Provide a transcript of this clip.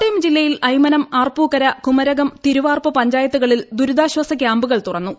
കോട്ടയം ജില്ലയിൽ അയ്മനം ആർപ്പൂക്കര കുമരകം തിരുവാർപ്പ് പഞ്ചായത്തുകളിൽ ദൂരിതാശ്വാസ ക്യാമ്പുകൾ തുറന്നു